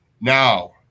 Now